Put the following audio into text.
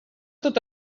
tot